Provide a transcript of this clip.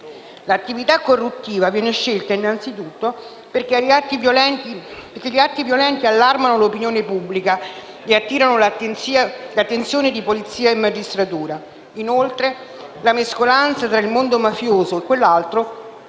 L'attività corruttiva viene scelta innanzitutto perché gli atti violenti allarmano l'opinione pubblica e attirano l'attenzione di polizia e magistratura; inoltre, la mescolanza tra il mondo mafioso e quello "altro"